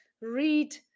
read